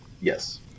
Yes